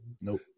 Nope